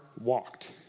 walked